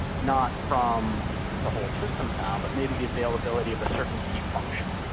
not from the whole system's down, but maybe the availability of a certain key function.